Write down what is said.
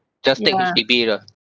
just take H_D_B lah